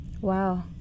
Wow